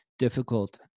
difficult